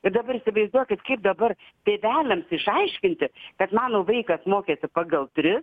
ir dabar įsivaizduokit kaip dabar tėveliams išaiškinti kad mano vaikas mokėsi pagal tris